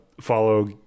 follow